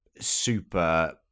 super